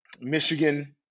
Michigan